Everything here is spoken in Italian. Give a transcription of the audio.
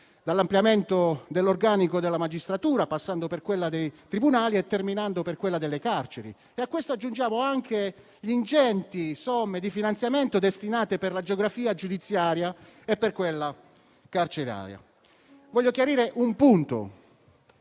dall'ampliamento dell'organico della magistratura, passando per quello dei tribunali e terminando con quello delle carceri. A ciò aggiungiamo anche il finanziamento di ingenti somme, destinate alla geografia giudiziaria e a quella carceraria. Voglio chiarire un punto: